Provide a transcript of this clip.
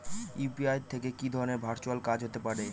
UPI থেকে কি ধরণের ভার্চুয়াল কাজ হতে পারে?